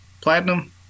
platinum